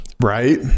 right